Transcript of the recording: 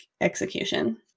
execution